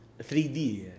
3D